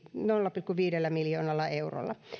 nolla pilkku viidellä miljoonalla eurolla